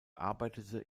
arbeitete